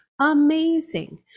Amazing